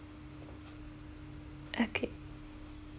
okay